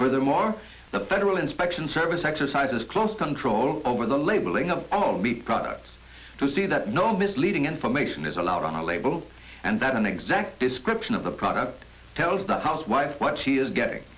furthermore the federal inspection service exercises close control over the labeling of all the products to see that no misleading information is allowed on a label and that an exact description of the product tells the housewife what she is getting